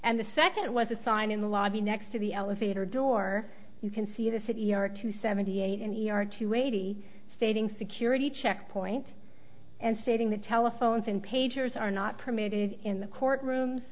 and the second was a sign in the lobby next to the elevator door you can see the city are two seventy eight and here are two eighty stating security checkpoint and stating that telephones in pagers are not permitted in the court rooms